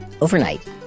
Overnight